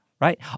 right